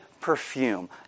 perfume